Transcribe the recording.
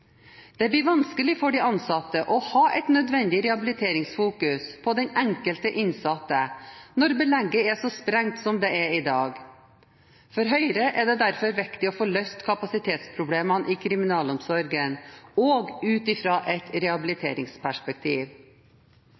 Det blir vanskelig for de ansatte å ha et nødvendig rehabiliteringsfokus på den enkelte innsatte når belegget er så sprengt som det er i dag. For Høyre er det derfor viktig å få løst kapasitetsproblemene i kriminalomsorgen, også ut fra et rehabiliteringsperspektiv.